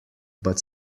but